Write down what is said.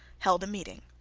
held a meeting.